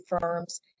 firms